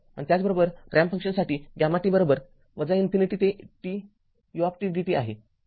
आणि त्याचप्रमाणे रॅम्प फंक्शनसाठी γt इन्फिनिटी ते t udt आहे